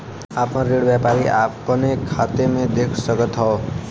आपन ऋण व्यापारी अपने खाते मे देख सकत हौ